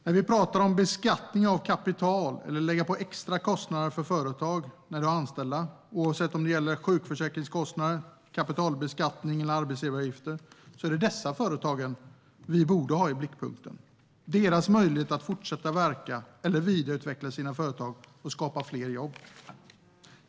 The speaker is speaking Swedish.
När vi pratar om beskattning av kapital eller att lägga på extra kostnader på företag när de har anställda, oavsett om det gäller sjukförsäkringskostnader, kapitalbeskattning eller arbetsgivaravgifter, borde vi ha i blickpunkten dessa företag och deras möjlighet att fortsätta att verka eller vidareutveckla sina företag och skapa fler jobb.